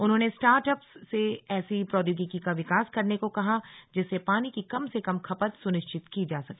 उन्होंने startups से ऐसी प्रोद्योगिकी का विकास करने को कहा जिससे पानी की कम से कम खपत सुनिश्चित की जा सके